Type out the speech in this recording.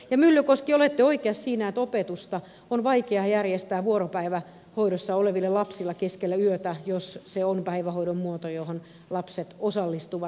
myllykoski olette oikeassa siinä että opetusta on vaikea järjestää vuoropäivähoidossa oleville lapsille keskellä yötä jos se on päivähoidon muoto johon lapset osallistuvat